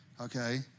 Okay